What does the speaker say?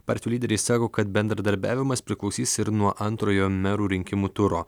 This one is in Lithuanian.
partijų lyderiai sako kad bendradarbiavimas priklausys ir nuo antrojo merų rinkimų turo